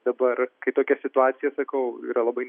dabar kai tokia situacija sakau yra labai